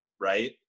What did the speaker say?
right